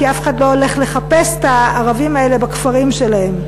כי אף אחד לא הולך לחפש את הערבים האלה בכפרים שלהם.